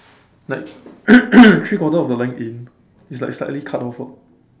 like three quarter of the length in it's like slightly cut off ah